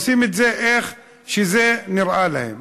עושים את זה איך שזה נראה להם.